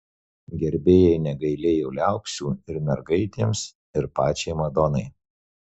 gerbėjai negailėjo liaupsių ir mergaitėms ir pačiai madonai